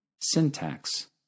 Syntax